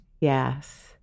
Yes